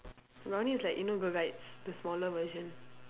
brownie is like you know girl guides the smaller version